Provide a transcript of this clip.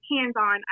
hands-on